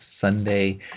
Sunday